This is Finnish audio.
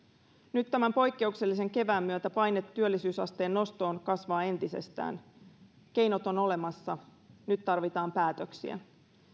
nyt tämän poikkeuksellisen kevään myötä paine työllisyysasteen nostoon kasvaa entisestään keinot ovat olemassa nyt tarvitaan päätöksiä